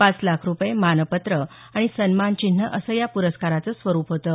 पाच लाख रुपये मानपत्र आणि सन्मानचिन्ह असं या प्रस्काराचं स्वरुप होतं